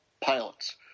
pilots